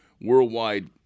worldwide